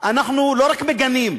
אנחנו לא רק מגנים,